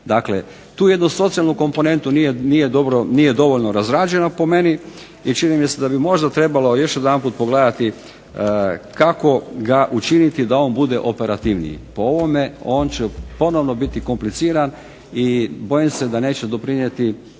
Dakle, ta jedna socijalna komponenta nije dovoljno razrađena po meni i čini mi se da bi možda trebalo još jedanput pogledati kako ga učiniti da on bude operativniji. Po ovome on će ponovno biti kompliciran i bojim se da neće doprinijeti